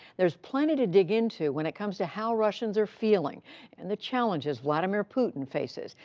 there's plenty to dig into when it comes to how russians are feeling and the challenges vladimir putin faces.